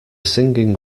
singing